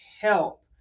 help